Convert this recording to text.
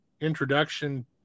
introduction